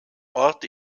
ort